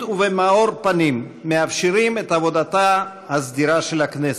ובמאור פנים מאפשרים את עבודתה הסדירה של הכנסת,